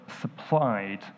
supplied